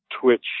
Twitch